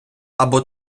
або